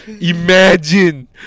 imagine